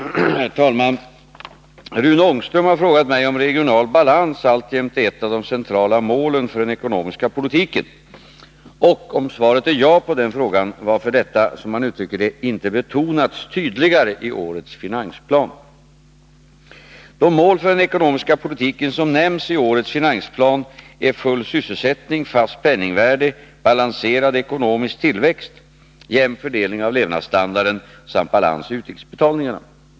Herr talman! Rune Ångström har frågat mig om regional balans alltjämt är ett av de centrala målen för den ekonomiska politiken och, om svaret är ja på den frågan, varför detta som han uttrycker det inte betonats tydligare i årets finansplan. De mål för den ekonomiska politiken som nämns i årets finansplan är full sysselsättning, fast penningvärde, balanserad ekonomisk tillväxt, jämn fördelning av levnadsstandarden samt balans i utrikesbetalningarna.